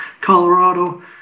Colorado